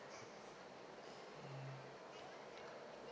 mm